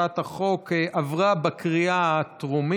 הארכת תקופת הערעור על החלטת קצין התגמולים),